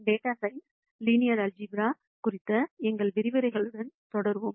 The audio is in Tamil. டேட்டா சயின்ஸ் லீனியர் ஆல்சீப்ரா குறித்த எங்கள் விரிவுரைகளுடன் தொடருவோம்